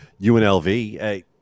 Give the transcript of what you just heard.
UNLV